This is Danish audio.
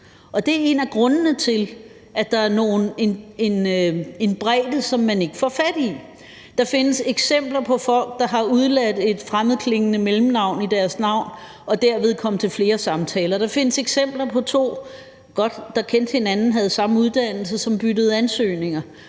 Det er en af grundene til, at der er en bredde, som man ikke får fat i. Der findes eksempler på folk, der har udeladt et fremmedklingende mellemnavn og derved kom til flere samtaler. Der findes et eksempel på, at to, der kendte hinanden godt, som havde den samme uddannelse, byttede ansøgninger,